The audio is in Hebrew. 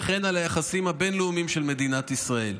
וכן על היחסים הבין-לאומיים של מדינת ישראל.